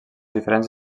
diferents